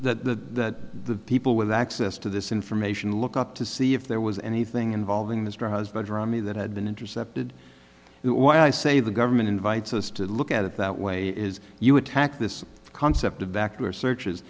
that the that the people with access to this information look up to see if there was anything involving mr husband around me that had been intercepted and why i say the government invites us to look at it that way is you attack this concept of vacuous searches